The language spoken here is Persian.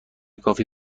کافی